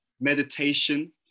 meditation